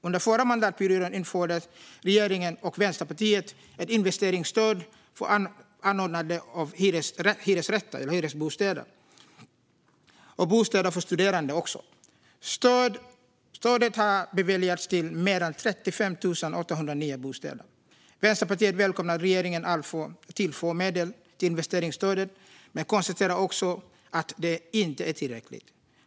Under den förra mandatperioden införde regeringen och Vänsterpartiet ett investeringsstöd för anordnande av hyresbostäder och även bostäder för studerande. Stödet har beviljats till mer än 35 800 nya bostäder. Vänsterpartiet välkomnar att regeringen tillför medel till investeringsstödet men konstaterar också att det inte är tillräckligt.